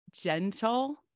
gentle